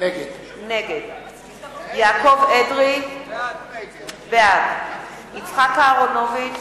- נגד יעקב אדרי - בעד יצחק אהרונוביץ